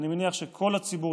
אני מניח שכל הציבור,